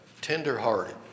tenderhearted